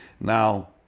now